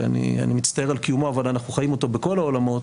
אני מצטער על קיומו אבל אנחנו חיים אותו בכל העולמות